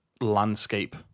landscape